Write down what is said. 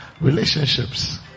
relationships